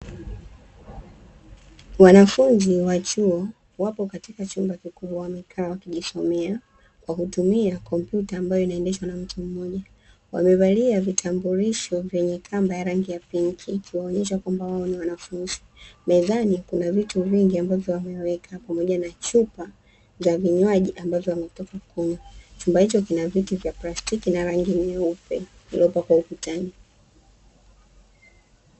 Wanafunzi wa chuo wapo katika chumba kikubwa wamekaa wakijisomea kwa kutumia kompyuta ambayo inaendeshwa na mtu mmoja, wamevalia vitambulisho vyenye kamba ya rangi ya pinki ikionyesha kwamba wao ni wanafunzi. Mezani kuna vitu vingi ambavyo wameweka pamoja na chupa za vinywaji ambavyo wametoka kunywa, chumba hicho kina viti vya plastiki na rangi nyeusi iliyopakwa ukutani.